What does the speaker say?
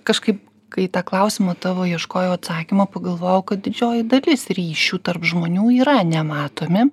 kažkaip kai į tą klausimą tavo ieškojau atsakymo pagalvojau kad didžioji dalis ryšių tarp žmonių yra nematomi